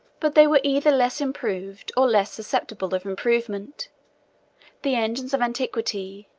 but they were either less improved, or less susceptible of improvement the engines of antiquity,